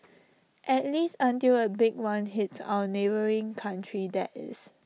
at least until A big one hits A neighbouring country that is